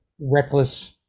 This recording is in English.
reckless